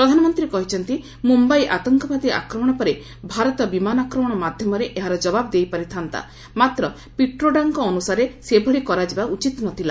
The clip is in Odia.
ପ୍ରଧାନମନ୍ତ୍ରୀ କହିଛନ୍ତି ମୁମ୍ୟାଇ ଆତଙ୍କବାଦୀ ଆକ୍ରମଣ ପରେ ଭାରତ ବିମାନ ଆକ୍ରମଣ ମାଧ୍ୟମରେ ଏହାର ଜବାବ ଦେଇପାରିଥାନ୍ତା ମାତ୍ର ପିଟ୍ରୋଡାଙ୍କ ଅନୁସାରେ ସେଭଳି କରାଯିବା ଉଚିତ ନ ଥିଲା